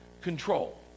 control